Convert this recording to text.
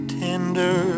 tender